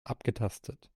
abgetastet